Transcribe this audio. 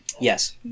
Yes